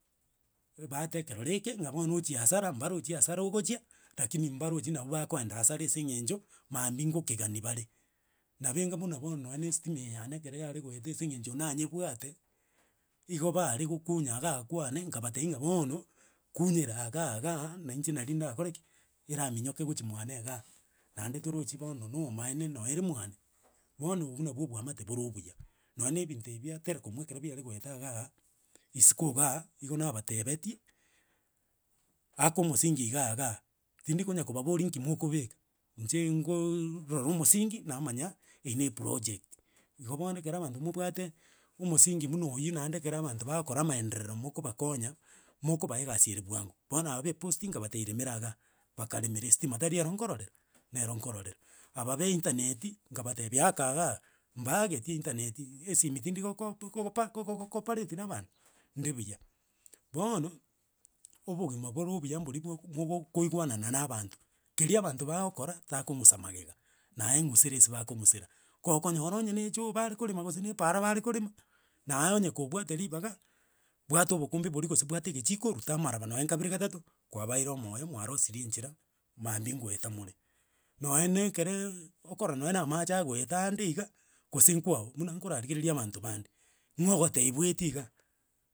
Ebaata ekerore eke ng'a bono ochia hasara mbarochi hasara ogochia, rakini mbarochi nabu bakoenda hasara ase eng'encho, mambia ngokegani bare. Nabo enga buna bono nonye na estima eye yane ekero yaregoeta ase eng'encho nanyebwate, igo bare gokunya iga kwane, ngabatebi ng'a bono, kunyere iga iga nainche nari nda koreki, eraminyoke gochia mwane iga. Naende torochi bono nobomaene no ere mwane, bono obwo nabo oboamate boro obuya, nonye na ebinto ebi bia terekom ekero biare goeta igaa, isiko igaa, igo nabatebetie, aka omosingi igagaa, tindikonya kobaboria inki mokobeka, inche ngooorora omosingi namanya eywo na eproject. Igo bono ekero abanto mobwate omosingi buna oywo naende ekero abanto bagokora amaenderero mokobakonya, mokoba egasi ere bwango, bono aba ba eposti ngatebetia remera igaaa, bakaremera estima tari ero nkororera nero nkororera, aba ba einternet, ngabatebetia aka igaa, mbaageti einternet, esimi tindigoko gokopa gogoko pareti na abanto, nde buya, bono, obogima bore obuya mbori bwogo mogokoigwana na banto. Keri abanto bagokora takong'usa magega, naye ng'usera ase bakong'usera, gookonyora onye na echoo bare korema gose na epaara bare korema, naye onye kobwate ribaga, bwata obokombe boria gose bwata egechiko, ruta amaraba nonye kabere gatato, kwabaeire omoyo mwarosirie enchera, mambia ngoeta more, nonye na ekereee, okorora nonye na amache agoeta ande iga, gose nkwao, buna nkorarigeria abanto bande, ng'o ogotebia bweti igaaa.